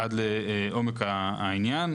עד לעומק העניין,